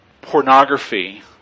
pornography